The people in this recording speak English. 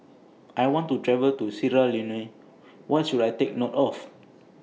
I want to travel to Sierra Leone What should I Take note of